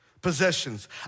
possessions